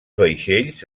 vaixells